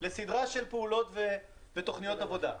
הם כרגע עברו לסדרה של פעולות ותוכניות עבודה.